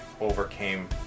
overcame